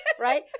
right